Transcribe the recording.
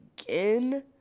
again